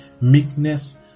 meekness